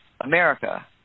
America